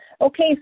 Okay